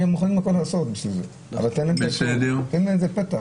--- נותנים לזה פתח.